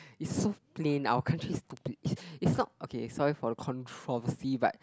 is so plain our country is stupid it's not okay sorry for the controversy but